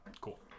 Cool